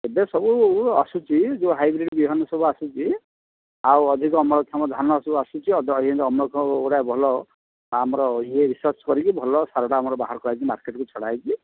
ଏବେ ସବୁ ଆସୁଛି ଯେଉଁ ହାଇବ୍ରିଡ଼୍ ବିହନ ସବୁ ଆସୁଛି ଆଉ ଅଧିକ ଅମଳକ୍ଷମ ଧାନ ସବୁ ଆସୁଛି ଅମଳକ୍ଷମ ପୁରା ଭଲ ଆମର ଇଏ ରିସର୍ଚ୍ଚ୍ କରିକି ଭଲ ସାରଟା ଆମର ବାହାର କରା ହୋଇଛି ମାର୍କେଟ୍କୁ ଛଡ଼ାହେଇଛି